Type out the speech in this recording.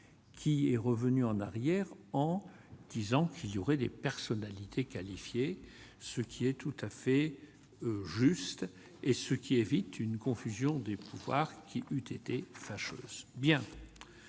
qu'il est revenu en arrière en disant qu'il y aurait des personnalités qualifiées, ce qui est tout à fait juste et ce qui évite une confusion des pouvoirs, qui eut été sachent bien,